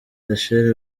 rachel